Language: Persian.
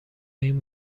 این